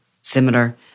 similar